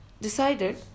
decided